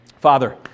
Father